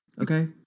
okay